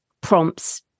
prompts